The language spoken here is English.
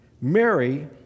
Mary